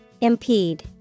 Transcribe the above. Impede